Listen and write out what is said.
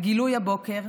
הגילוי הבוקר,